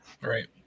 Right